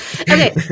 Okay